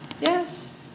Yes